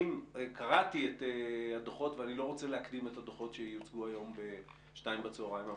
להקדים את הדוח החדש שיוגש בצהריים.